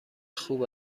خوب